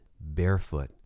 barefoot